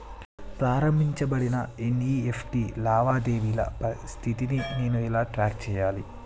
ప్రారంభించబడిన ఎన్.ఇ.ఎఫ్.టి లావాదేవీల స్థితిని నేను ఎలా ట్రాక్ చేయాలి?